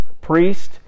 priest